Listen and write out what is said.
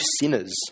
sinners